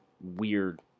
weird